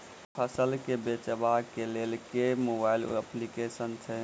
फसल केँ बेचबाक केँ लेल केँ मोबाइल अप्लिकेशन छैय?